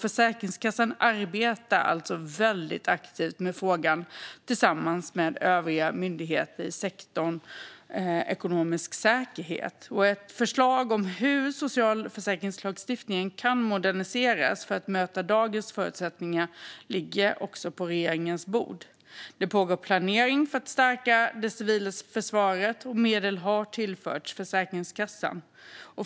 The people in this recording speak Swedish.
Försäkringskassan arbetar aktivt med frågan tillsammans med övriga myndigheter i sektorn för ekonomisk säkerhet. Ett förslag om hur social försäkringslagstiftning kan moderniseras för att möta dagens förutsättningar ligger också på regeringens bord. Det pågår planering för att stärka det civila försvaret, och medel har tillförts Försäkringskassan.